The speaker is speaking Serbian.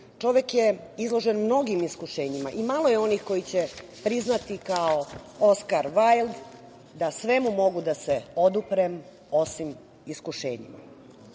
čovek je izložen mnogim iskušenjima i malo je onih koji će priznati kao Oskar Vajld da svemu mogu da se oduprem osim iskušenjima. Želim,